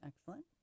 Excellent